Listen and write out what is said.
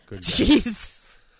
Jesus